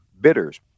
bidders